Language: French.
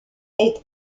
est